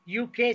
UK